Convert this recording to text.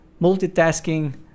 multitasking